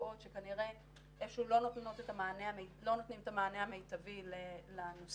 קבועות שכנראה לא נותנים את המענה המיטבי לנוסעים,